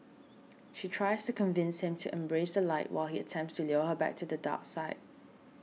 she tries to convince him to embrace the light while he attempts to lure her to the dark side